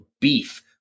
beef